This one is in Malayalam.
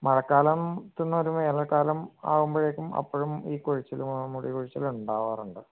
മഴക്കാലത്തിൽ നിന്ന് ഒരു വേനൽക്കാലം ആവുമ്പഴേക്കും അപ്പോഴും ഈ കൊഴിച്ചിൽ ആ മുടി കൊഴിച്ചിൽ ഉണ്ടാവാറുണ്ട്